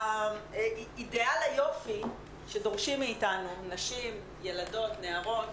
אידיאל היופי שדורשים מאיתנו נשים, ילדות, נערות